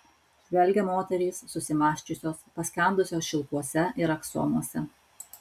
žvelgia moterys susimąsčiusios paskendusios šilkuose ir aksomuose